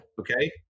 Okay